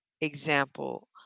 example